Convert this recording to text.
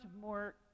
more